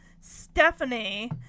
Stephanie